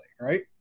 right